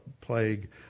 plague